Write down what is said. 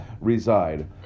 reside